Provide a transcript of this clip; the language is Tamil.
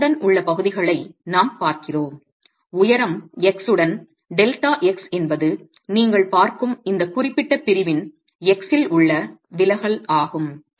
x உடன் உள்ள பகுதிகளை நாம் பார்க்கிறோம் உயரம் x உடன் டெல்டா x என்பது நீங்கள் பார்க்கும் இந்த குறிப்பிட்ட பிரிவின் x இல் உள்ள விலகல் ஆகும்